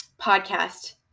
podcast